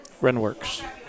Renworks